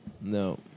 no